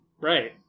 Right